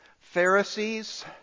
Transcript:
Pharisees